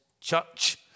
church